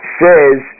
says